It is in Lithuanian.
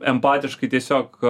empatiškai tiesiog